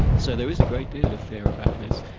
so there is a great deal of fear about this,